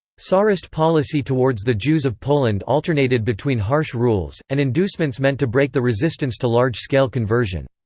tsarist policy towards the jews of poland alternated between harsh rules, and inducements meant to break the resistance to large-scale conversion.